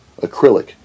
acrylic